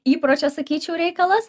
įpročio sakyčiau reikalas